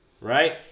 right